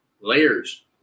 layers